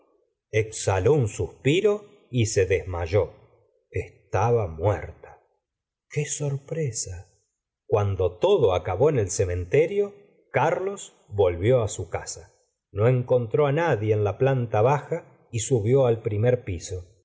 exhaló un suspiroky se desmayó estaba muerta e qué sorpresa cuando todo acabó en el cementerio carlos volvió su casa no encontró á nadie en la planta baja y subió al primer piso